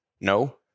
No